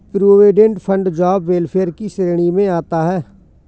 provident fund job welfare की श्रेणी में आता है